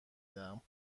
دهم